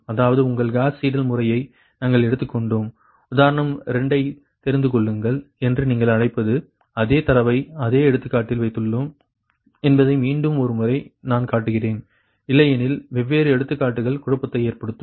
அதாவது உங்கள் Gauss Seidel முறையை நாங்கள் எடுத்துக் கொண்டோம் உதாரணம் 2ஐத் தெரிந்துகொள்ளுங்கள் என்று நீங்கள் அழைப்பது அதே தரவை அதே எடுத்துக்காட்டில் வைத்துள்ளோம் என்பதை மீண்டும் ஒருமுறை நான் காட்டுகிறேன் இல்லையெனில் வெவ்வேறு எடுத்துக்காட்டுகள் குழப்பத்தை ஏற்படுத்தும்